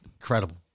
Incredible